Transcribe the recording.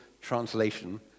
translation